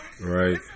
Right